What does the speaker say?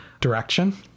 direction